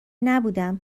نبودم